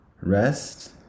rest